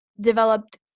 developed